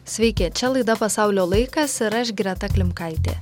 sveiki čia laida pasaulio laikas ir aš greta klimkaitė